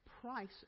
price